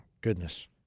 goodness